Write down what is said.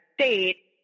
state